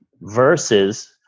Versus